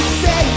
say